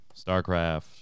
Starcraft